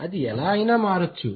అది ఎలా ఐనా మారోచ్చు